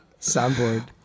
Soundboard